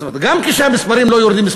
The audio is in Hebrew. זאת אומרת גם כשהמספרים לא יורדים,